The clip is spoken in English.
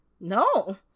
No